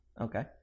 Okay